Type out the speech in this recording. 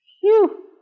Phew